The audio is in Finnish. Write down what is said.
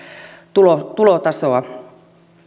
tulotasoa